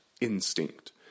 instinct